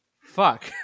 fuck